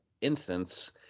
instance